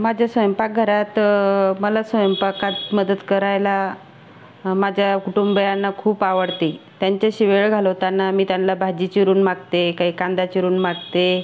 माझ्या स्वयंपाकघरात मला स्वयंपाकात मदत करायला माझ्या कुटुंबियांना खूप आवडते त्यांच्याशी वेळ घालवताना मी त्यांला भाजी चिरून मागते काही कांदा चिरून मागते